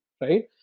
right